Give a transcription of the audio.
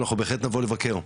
אנחנו בהחלט נבוא לבקר,